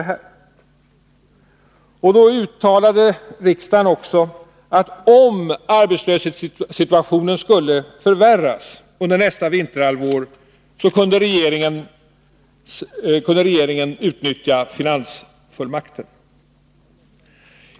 Då uttalade riksdagen också att om arbetslöshetssituationen skulle förvärras under nästa vinterhalvår, så kunde regeringen utnyttja finansfullmakten.